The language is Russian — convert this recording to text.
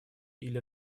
или